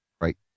Right